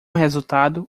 resultado